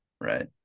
Right